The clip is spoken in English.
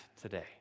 today